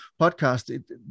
podcast